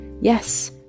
Yes